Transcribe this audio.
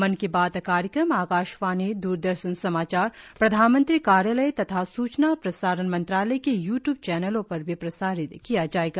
मन की बात कार्यक्रम आकाशवाणी द्रदर्शन समाचार प्रधानमंत्री कार्यालय तथा सूचना और प्रसारण मंत्रालय के यू ट्यूब चैनलों पर भी प्रसारित किया जाएगा